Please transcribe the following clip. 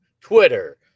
Twitter